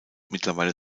mittlerweile